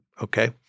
okay